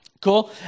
Cool